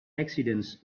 accidents